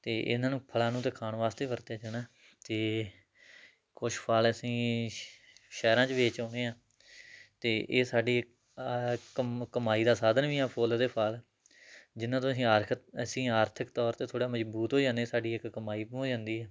ਅਤੇ ਇਹਨਾਂ ਨੂੰ ਫ਼ਲਾਂ ਨੂੰ ਤਾਂ ਖਾਣ ਵਾਸਤੇ ਵਰਤਿਆ ਜਾਣਾ ਹੈ ਅਤੇ ਕੁਛ ਫ਼ਲ ਅਸੀਂ ਸ਼ਹਿਰਾਂ 'ਚ ਵੇਚ ਆਉਂਦੇ ਹਾਂ ਅਤੇ ਇਹ ਸਾਡੀ ਕਮ ਕਮਾਈ ਦਾ ਸਾਧਨ ਵੀ ਆ ਫੁੱਲ ਅਤੇ ਫ਼ਲ ਜਿਹਨਾਂ ਤੋਂ ਅਸੀਂ ਆਰਖ ਅਸੀਂ ਆਰਥਿਕ ਤੌਰ 'ਤੇ ਥੋੜ੍ਹਾ ਮਜ਼ਬੂਤ ਹੋ ਜਾਂਦੇ ਹਾਂ ਸਾਡੀ ਇੱਕ ਕਮਾਈ ਹੋ ਜਾਂਦੀ ਹੈ